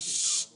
אני מבקש להירשם.